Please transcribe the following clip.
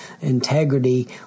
integrity